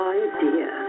idea